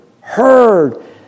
heard